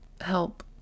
help